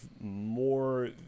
more